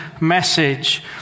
message